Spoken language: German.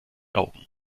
augen